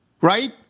right